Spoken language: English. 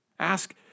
ask